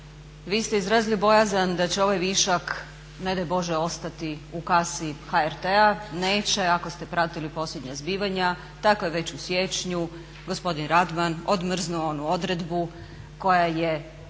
vi ste izrazili bojazan da će ovaj višak ne daj Bože ostati u kasi HRT-a. Neće. Ako ste pratili posljednja zbivanja, dakle već u siječnju gospodin Radman odmrznuo onu odredbu koja je